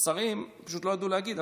השרים פשוט לא ידעו להגיד.